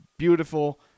beautiful